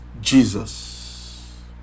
Jesus